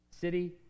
City